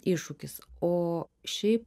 iššūkis o šiaip